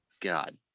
God